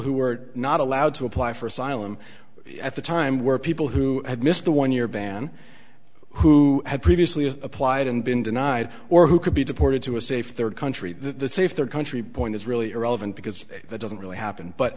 who were not allowed to apply for asylum at the time were people who had missed the one year ban who had previously as applied and been denied or who could be deported to a safe third country to see if their country point is really irrelevant because that doesn't really happen but